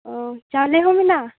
ᱚ ᱪᱟᱣᱞᱮ ᱦᱚᱸ ᱢᱮᱱᱟᱜᱼᱟ